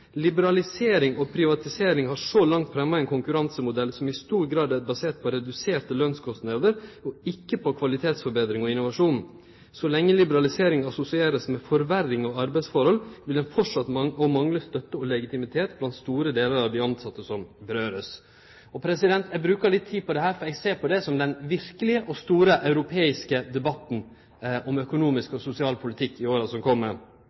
Liberalisering og privatisering har så langt fremma ein konkurransemodell som i stor grad er basert på reduserte lønskostnader, og ikkje på kvalitetsforbetring og innovasjon. Så lenge liberalisering vert assosiert med forverring av arbeidstilhøve, vil ein fortsetje å mangle legitimitet blant store delar av dei tilsette som dette gjeld. Eg brukar litt tid på dette, for eg ser på det som den verkelege og store europeiske debatten om økonomisk og sosial politikk i åra som